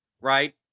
right